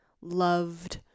loved